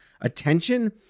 attention